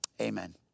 Amen